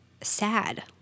sad